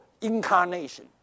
incarnation